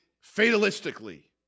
fatalistically